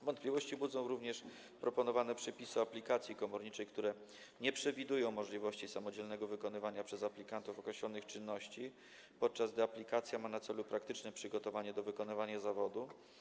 Wątpliwości budzą również proponowane przepisy dotyczące aplikacji komorniczej, które nie przewidują możliwości samodzielnego wykonywania przez aplikantów określonych czynności, podczas gdy aplikacja ma na celu praktyczne przygotowanie do wykonywania zawodu.